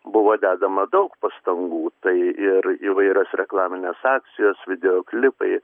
buvo dedama daug pastangų tai ir įvairios reklaminės akcijos videoklipai